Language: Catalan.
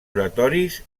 oratoris